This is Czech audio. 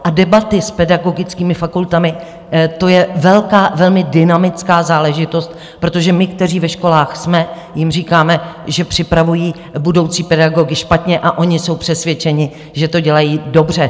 A debaty s pedagogickými fakultami, to je velmi dynamická záležitost, protože my, kteří ve školách jsme, jim říkáme, že připravují budoucí pedagogy špatně, a oni jsou přesvědčeni, že to dělají dobře.